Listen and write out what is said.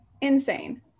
Insane